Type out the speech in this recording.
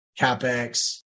CapEx